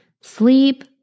Sleep